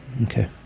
Okay